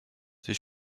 sie